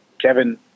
Kevin